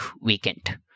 weekend